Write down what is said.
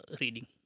reading